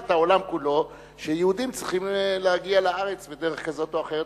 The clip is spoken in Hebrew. את העולם כולו שיהודים צריכים להגיע לארץ בדרך כזאת או אחרת